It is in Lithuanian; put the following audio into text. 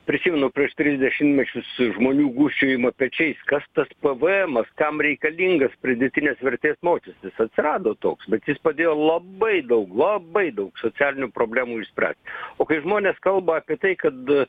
prisimenu prieš tris dešimtmečius žmonių gūžčiojimą pečiais kas tas pėvėemas kam reikalingas pridėtinės vertės mokestis atsirado toks bet jis padėjo labai daug labai daug socialinių problemų išspręst o kai žmonės kalba apie tai kad